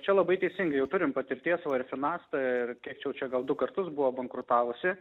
čia labai teisingai jau turim patirties va ir finasta ir kiek čia jau čia gal du kartus buvo bankrutavusi